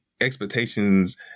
expectations